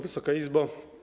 Wysoka Izbo!